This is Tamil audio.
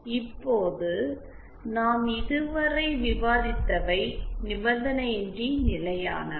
இப்போது நாம் இதுவரை விவாதித்தவை நிபந்தனையின்றி நிலையானவை